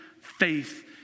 faith